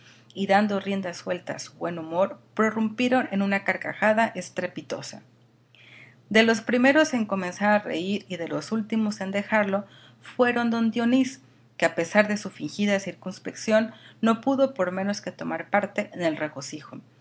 y dando rienda suelta a su buen humor prorrumpieron en una carcajada estrepitosa de los primeros en comenzar a reír y de los últimos en dejarlo fueron don dionís que a pesar de su fingida circunspección no pudo por menos que tomar parte en el regocijo